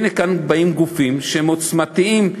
הנה כאן באים גופים שהם עוצמתיים,